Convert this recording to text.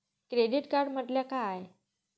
Credit card म्हटल्या काय?